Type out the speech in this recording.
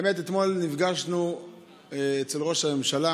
האמת, אתמול נפגשנו אצל ראש הממשלה